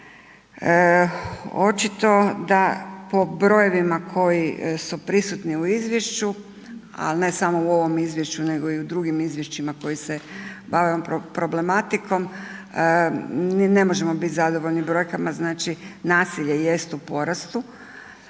Očito da po brojevima koji su prisutni u izvješću, ali ne samo u ovom izvješću, nego i u drugim izvješćima koje se bave problematikom, ne možemo biti zadovoljni brojkama, znači nasilje jest u porastu.